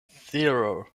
zero